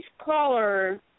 caller